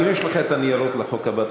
אם יש אצלך הניירות לחוק הבא,